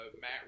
matt